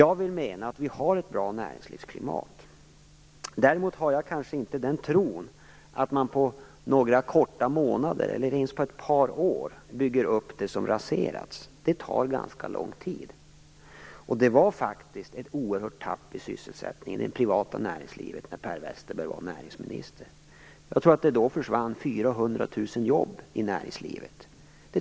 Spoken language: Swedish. Jag vill mena att vi har ett bra näringslivsklimat. Däremot har jag inte tron att man på några korta månader eller ens på ett par år bygger upp det som raserats. Det tar ganska lång tid. Det skedde faktiskt en oerhörd minskning av sysselsättningen i det privata näringslivet när Per Westerberg var näringsminister. Jag tror att det då försvann 400 000 jobb i näringslivet.